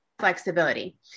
flexibility